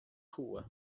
rua